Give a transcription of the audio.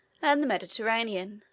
and the mediterranean,